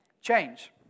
change